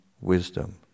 wisdom